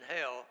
hell